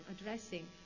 addressing